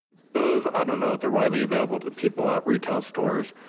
those, i don't know if they're widely available to people at retail stores,